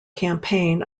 campaign